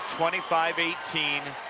twenty five eighteen,